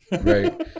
right